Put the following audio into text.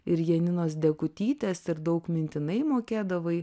ir janinos degutytės ir daug mintinai mokėdavai